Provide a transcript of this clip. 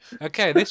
Okay